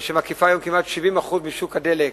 שמקיפה היום כמעט 70% משוק הדלק,